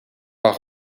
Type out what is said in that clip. par